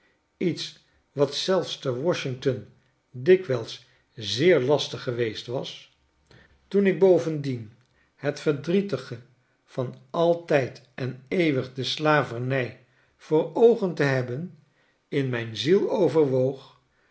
lets wat zelfs te washington dikwijls zeer lastig geweest was toen ik bovendien het verdrietige van altijd en eeuwig de slavernij voor oogen te hebben in mijn ziel overwoog